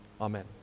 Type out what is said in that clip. amen